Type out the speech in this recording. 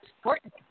important